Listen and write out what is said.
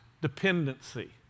dependency